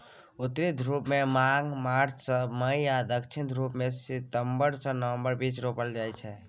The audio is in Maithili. उत्तरी ध्रुबमे भांग मार्च सँ मई आ दक्षिणी ध्रुबमे सितंबर सँ नबंबरक बीच रोपल जाइ छै